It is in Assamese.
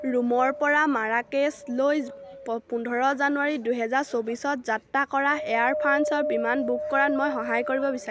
ৰোমৰপৰা মাৰাকেচলৈ পোন্ধৰ জানুৱাৰী দুহেজাৰ চৌবিছত যাত্ৰা কৰা এয়াৰ ফ্ৰান্স বিমান বুক কৰাত মই সহায় বিচাৰিছোঁ